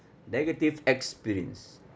negative experience